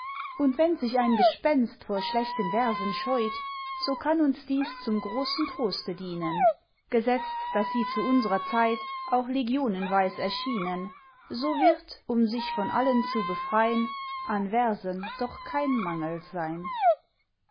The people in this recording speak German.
und wenn sich ein gespenst vor schlechten versen scheut so kann uns dies zum großen troste dienen gesetzt daß sie zu unsrer zeit auch legionenweis erschienen so wird um sich von allen zu befrein an versen doch kein mangel sein